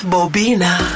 Bobina